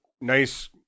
nice